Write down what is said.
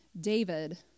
David